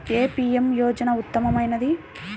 ఏ PM యోజన ఉత్తమమైనది?